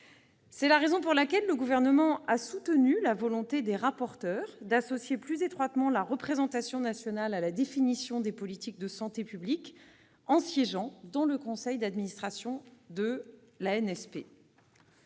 C'est la raison pour laquelle le Gouvernement a soutenu la volonté des rapporteurs d'associer plus étroitement la représentation nationale à la définition des politiques de santé publique, en lui attribuant des sièges au sein du conseil d'administration de l'ANSP.